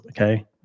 Okay